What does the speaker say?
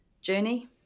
journey